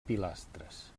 pilastres